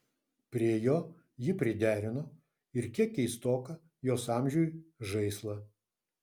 prie jo ji priderino ir kiek keistoką jos amžiui žaislą